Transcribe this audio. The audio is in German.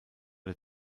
der